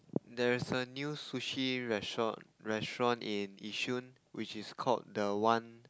there is a new sushi restaurant restaurant in Yishun which is called the one